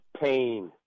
pain